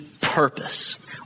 purpose